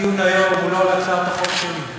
הדיון היום הוא לא על הצעת החוק שלי,